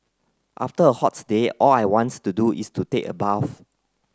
after a hot day all I want to do is to take a bath